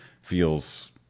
feels